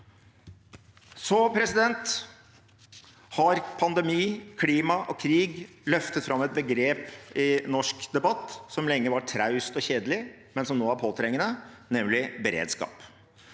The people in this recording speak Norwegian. Så har pandemi, klima og krig løftet fram et begrep i norsk debatt som lenge var traust og kjedelig, men som nå er påtrengende, nemlig beredskap.